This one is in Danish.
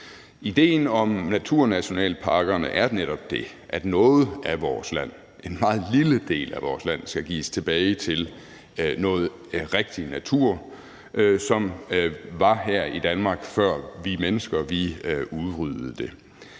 Idéen om naturnationalparkerne er netop det: at noget af vores land, en meget lille del af vores land, skal gives tilbage til noget rigtig natur, som var her i Danmark, før vi mennesker udryddede det.